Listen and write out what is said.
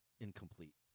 incomplete